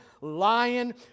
lion